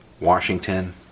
Washington